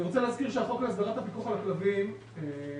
אני רוצה להזכיר שהחוק להסדרת הפיקוח על הכלבים נחקק